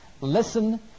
Listen